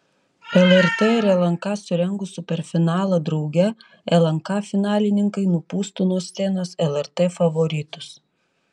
lrt ir lnk surengus superfinalą drauge lnk finalininkai nupūstų nuo scenos lrt favoritus